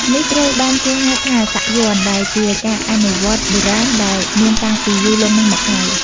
នេះត្រូវបានគេហៅថា សាក់យ័ន្ត ដែលជាការអនុវត្តបុរាណដែលមានតាំងពីយូរលង់ណាស់មកហើយ។